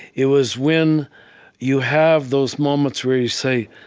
it was when you have those moments where you say,